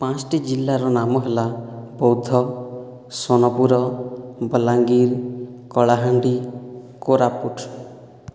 ପାଞ୍ଚଟି ଜିଲ୍ଲାର ନାମ ହେଲା ବୌଦ୍ଧ ସୋନପୁର ବଲାଙ୍ଗୀର କଳାହାଣ୍ଡି କୋରାପୁଟ